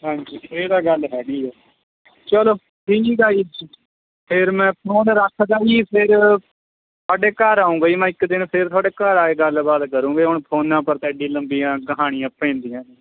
ਹਾਂਜੀ ਇਹ ਤਾਂ ਗੱਲ ਹੈਗੀ ਆ ਚਲੋ ਠੀਕ ਆ ਜੀ ਫਿਰ ਮੈਂ ਫੋਨ ਰੱਖਦਾ ਜੀ ਫਿਰ ਤੁਹਾਡੇ ਘਰ ਆਉਂਗਾ ਜੀ ਮੈਂ ਇੱਕ ਦਿਨ ਫਿਰ ਤੁਹਾਡੇ ਘਰ ਆਏ ਗੱਲਬਾਤ ਕਰੁੰਗੇ ਹੁਣ ਫੋਨਾਂ ਪਰ ਤਾਂ ਐਡੀ ਲੰਬੀਆਂ ਕਹਾਣੀਆਂ ਪੈਂਦੀਆਂ ਨਹੀਂ